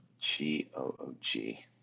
G-O-O-G